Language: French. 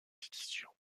d’édition